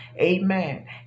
Amen